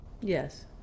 Yes